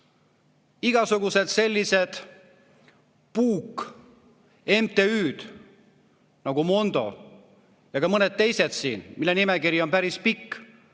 Igasuguste selliste puuk‑MTÜ‑de nagu Mondo ja ka mõned teised siin – nimekiri on päris pikk